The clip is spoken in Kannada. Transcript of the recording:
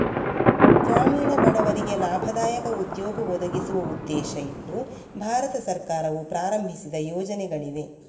ಗ್ರಾಮೀಣ ಬಡವರಿಗೆ ಲಾಭದಾಯಕ ಉದ್ಯೋಗ ಒದಗಿಸುವ ಉದ್ದೇಶ ಇಟ್ಟು ಭಾರತ ಸರ್ಕಾರವು ಪ್ರಾರಂಭಿಸಿದ ಯೋಜನೆಗಳಿವೆ